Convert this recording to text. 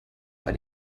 bei